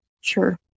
Sure